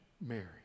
Mary